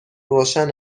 روشن